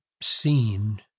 seen